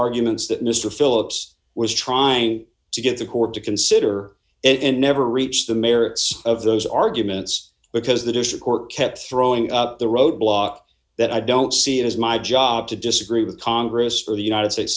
arguments that mr philips was trying to get the court to consider and never reached the merits of those arguments because they do support kept throwing up the road block that i don't see it as my job to disagree with congress or the united states